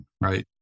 right